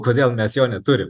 kodėl mes jo neturim